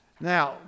Now